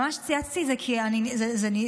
ממש צייצתי את זה, כי זה נשבר.